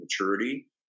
maturity